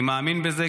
אני מאמין בזה,